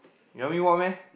you want me walk meh